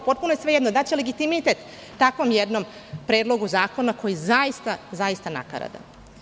Potpuno je svejedno, daće legitimitet takvom jednom predlogu zakona koji je zaista, zaista nakaradan.